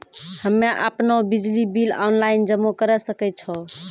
हम्मे आपनौ बिजली बिल ऑनलाइन जमा करै सकै छौ?